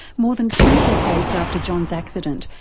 more than two decades after john's accident,